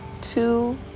two